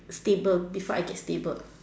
stable before I get stable